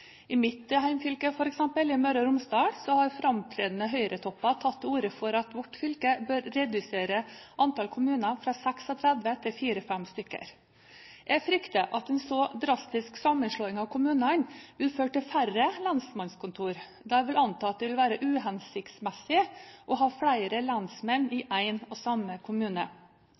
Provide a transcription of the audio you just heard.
I mitt hjemfylke f.eks., Møre og Romsdal, har framtredende Høyre-topper tatt til orde for at vårt fylke bør redusere antall kommuner fra 36 til 4–5 stykker. Jeg frykter at en så drastisk sammenslåing av kommunene vil føre til færre lensmannskontor, da jeg vil anta at det vil være uhensiktsmessig å ha flere lensmenn i én og samme kommune.